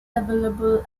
available